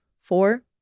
Four